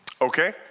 Okay